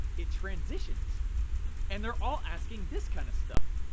it transitions and they're all asking this kind of stuff.